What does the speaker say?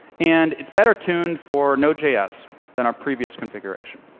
and it's better tuned for node js than our previous configuration.